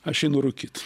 aš einu rūkyt